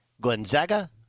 Gonzaga